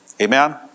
Amen